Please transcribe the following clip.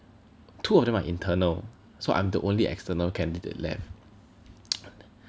two of them are internal so I'm the only external candidate left